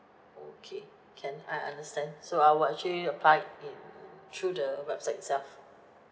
okay can I understand so I will actually apply it in through the website itself